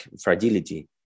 fragility